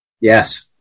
Yes